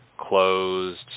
closed